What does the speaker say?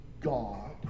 God